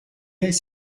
est